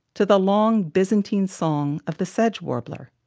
to the long byzantine song of the sedge warbler,